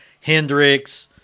Hendrix